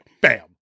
Bam